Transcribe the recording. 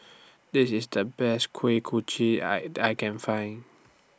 This IS The Best Kuih Kochi I I Can Find